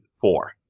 four